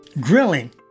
grilling